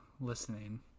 listening